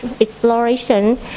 exploration